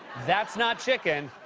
that's not chicken,